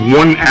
one